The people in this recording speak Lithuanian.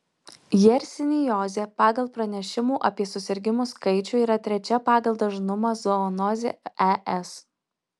jersiniozė pagal pranešimų apie susirgimus skaičių yra trečia pagal dažnumą zoonozė es